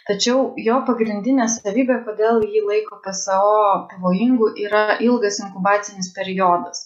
tačiau jo pagrindinė savybė kodėl jį laiko pso pavojingu yra ilgas inkubacinis periodas